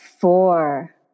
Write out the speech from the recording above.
four